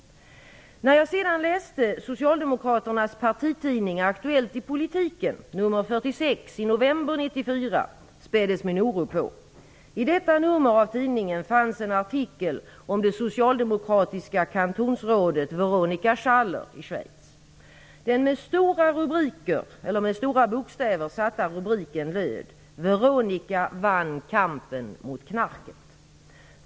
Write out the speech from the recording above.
När jag sedan läste Socialdemokraternas partitidning Aktuellt i politiken, nr 46 från november 1994, späddes min oro på. I detta nummer av tidningen fanns en artikel om det socialdemokratiska kantonsrådet Veronica Schaller i Schweiz. Den med stora bokstäver satta rubriken löd: "Veronica vann kampen om knarket".